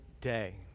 day